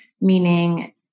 meaning